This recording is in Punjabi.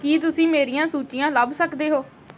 ਕੀ ਤੁਸੀਂ ਮੇਰੀਆਂ ਸੂਚੀਆਂ ਲੱਭ ਸਕਦੇ ਹੋ